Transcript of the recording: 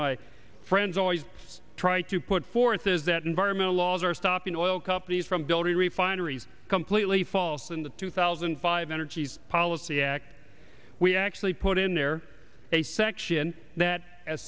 my friends always try to put forth is that environmental laws are stopping oil companies from building refineries completely false in the two thousand and five energy's policy act we actually put in there a section that as